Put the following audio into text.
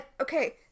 Okay